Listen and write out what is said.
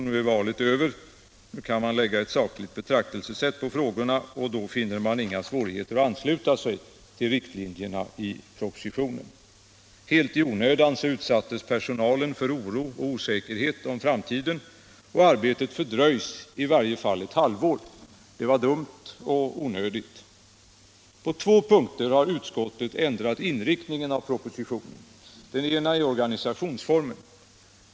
Nu är valet över. Nu är det möjligt att lägga ett sakligt betraktelsesätt på frågorna, och då finner de borgerliga inga svårigheter att ansluta sig till riktlinjerna i propositionen. Helt i onödan utsattes personalen för oro och osäkerhet om framtiden, och arbetet fördröjs i varje fall ett halvår. Det var dumt och onödigt. På två punkter har utskottet ändrat propositionens inriktning. Den ena är organisationsformen.